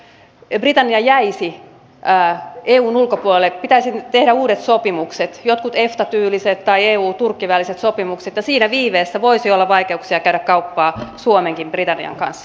nyt jos britannia jäisi eun ulkopuolelle pitäisi tehdä uudet sopimukset jotkut efta tyyliset tai euturkki väliset sopimukset ja siinä viiveessä voisi suomellakin olla vaikeuksia käydä kauppaa britannian kanssa